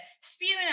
spewing